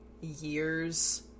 years